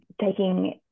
taking